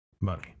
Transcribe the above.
Money